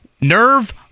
Nerve